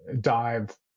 dive